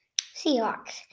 Seahawks